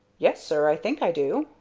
yes, sir i think i do.